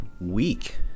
week